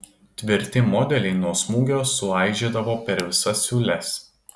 tvirti modeliai nuo smūgio suaižėdavo per visas siūles